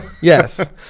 Yes